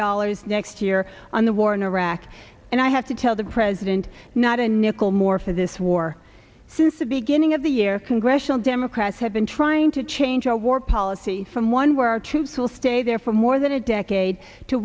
dollars next year on the war in iraq and i had to tell the president not a nickel more for this war since the beginning of the year congressional democrats have been trying to change our war policy from one where our troops will stay there for more than a decade to